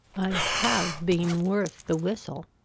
i have been worth the whistle.